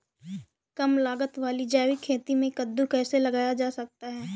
कम लागत वाली जैविक खेती में कद्दू कैसे लगाया जा सकता है?